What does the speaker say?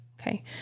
Okay